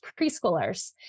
preschoolers